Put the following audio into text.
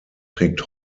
trägt